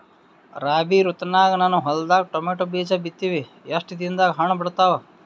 ರಾಬಿ ಋತುನಾಗ ನನ್ನ ಹೊಲದಾಗ ಟೊಮೇಟೊ ಬೀಜ ಬಿತ್ತಿವಿ, ಎಷ್ಟು ದಿನದಾಗ ಹಣ್ಣ ಬಿಡ್ತಾವ?